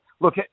look